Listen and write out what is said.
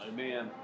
Amen